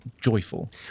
joyful